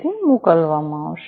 તેથી મોકલવામાં આવશે